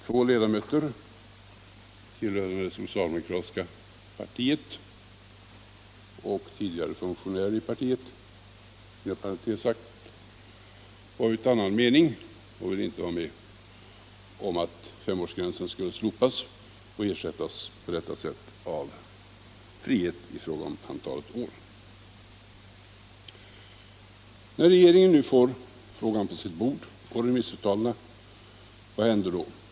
Två ledamöter tillhörande det socialdemokratiska partiet och tidigare funktionärer i partiet var av annan mening och ville inte vara med om att femårsgränsen skulle slopas och ersättas med frihet i fråga om antalet år. Vad händer då när regeringen nu får ärendet och remissvaren på sitt bord?